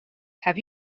have